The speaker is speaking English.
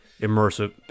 immersive